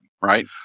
right